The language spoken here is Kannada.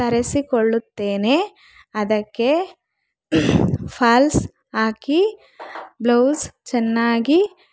ತರಿಸಿಕೊಳುತ್ತೇನೆ ಅದಕ್ಕೆ ಫಾಲ್ಸ್ ಹಾಕಿ ಬ್ಲೌಸ್ ಚೆನ್ನಾಗಿ